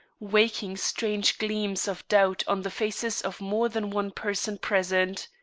waking strange gleams of doubt on the faces of more than one person present.